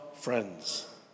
friends